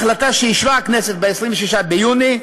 החלטה שאישרה הכנסת ב-26 ביוני,